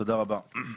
תודה רבה.